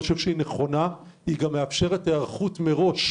אני חושב שהיא נכונה ומאפשרת היערכות מראש